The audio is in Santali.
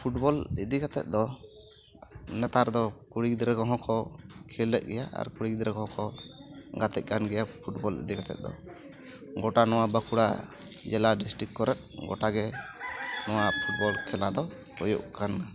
ᱯᱷᱩᱴᱵᱚᱞ ᱤᱫᱤ ᱠᱟᱛᱮᱫ ᱫᱚ ᱱᱮᱛᱟᱨ ᱫᱚ ᱠᱩᱲᱤ ᱜᱤᱫᱽᱨᱟᱹ ᱠᱚᱦᱚᱸ ᱠᱚ ᱠᱷᱮᱞᱮᱜ ᱜᱮᱭᱟ ᱟᱨ ᱠᱩᱲᱤ ᱜᱤᱫᱽᱨᱟᱹ ᱦᱚᱸᱠᱚ ᱜᱟᱛᱮᱜ ᱠᱟᱱ ᱜᱮᱭᱟ ᱯᱷᱩᱴᱵᱚᱞ ᱤᱫᱤ ᱠᱟᱛᱮᱫ ᱫᱚ ᱜᱚᱴᱟ ᱱᱚᱣᱟ ᱵᱟᱸᱠᱩᱲᱟ ᱡᱮᱞᱟ ᱰᱤᱥᱴᱤᱠ ᱠᱚᱨᱮᱫ ᱜᱚᱴᱟ ᱜᱮ ᱱᱚᱣᱟ ᱯᱷᱩᱴᱵᱚᱞ ᱠᱷᱮᱞᱟ ᱫᱚ ᱦᱩᱭᱩᱜ ᱠᱟᱱᱟ